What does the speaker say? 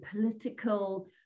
political